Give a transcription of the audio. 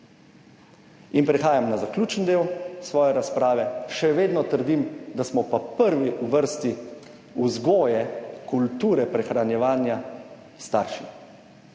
In prehajam na zaključni del svoje razprave. Še vedno trdim, da smo pa prvi v vrsti vzgoje kulture prehranjevanja starši.